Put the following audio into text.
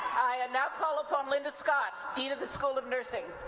i now call upon linda scott, dean of the school of nursing.